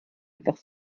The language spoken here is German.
einfach